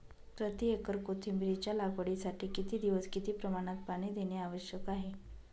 प्रति एकर कोथिंबिरीच्या लागवडीसाठी किती दिवस किती प्रमाणात पाणी देणे आवश्यक आहे?